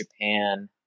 Japan